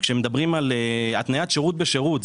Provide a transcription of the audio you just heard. כשמדברים על התניית שירות בשירות,